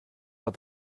war